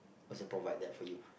cause they provide that for you